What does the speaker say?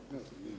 Hvala.